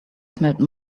smelled